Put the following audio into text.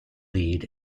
lead